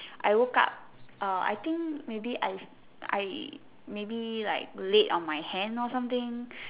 I woke up uh I think maybe I I maybe laid on my hand or something